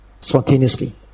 spontaneously